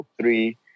three